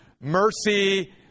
mercy